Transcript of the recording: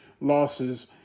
losses